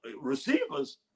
receivers